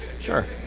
Sure